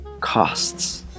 Costs